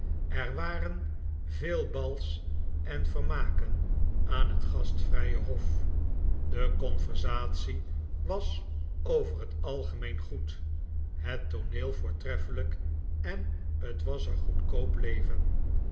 er waren veel bals en vermaken aan het gastvrije hof de conversatie was over het algemeen goed het tooneel voortreffelijk en het was er goedkoop leven